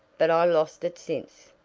but i lost it since.